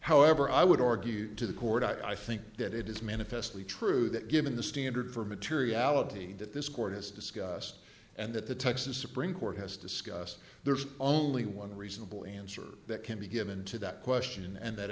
however i would argue to the court i think that it is manifestly true that given the standard for materiality that this court has discussed and that the texas supreme court has discussed there's only one reasonable answer that can be given to that question and that